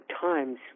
Times